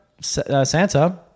Santa